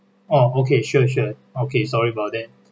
oh okay sure sure okay sorry about that